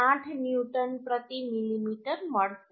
8 newton પ્રતિ millimetre મળશે